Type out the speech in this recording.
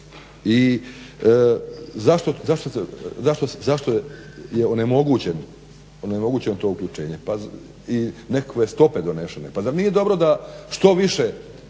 I zašto je onemogućeno to uključenje pa i nekakve stope donešene? Pa zar nije dobro da što više